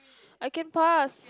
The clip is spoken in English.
I can pass